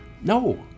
No